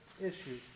issue